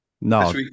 No